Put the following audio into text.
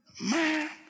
Man